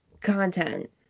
content